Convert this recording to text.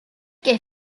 est